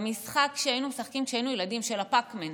במשחק שהיינו משחקים כשהיינו ילדים, פק-מן.